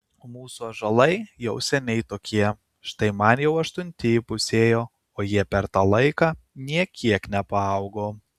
mūsų ąžuolai jau seniai tokie štai man jau aštunti įpusėjo o jie per tą laiką nė kiek nepaaugo